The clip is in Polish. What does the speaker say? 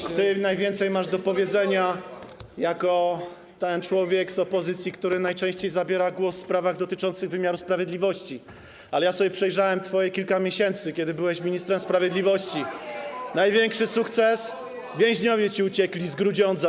Borys, ty najwięcej masz do powiedzenia jako ten człowiek z opozycji, który najczęściej zabiera głos w sprawach dotyczących wymiaru sprawiedliwości, ale przejrzałem sobie twoje kilka miesięcy, kiedy byłeś ministrem sprawiedliwości, i największy sukces: więźniowie ci uciekli z Grudziądza.